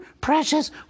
precious